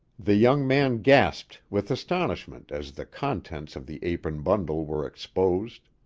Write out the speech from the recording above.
the young man gasped with astonishment as the contents of the apron-bundle were exposed